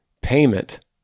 payment